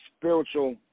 spiritual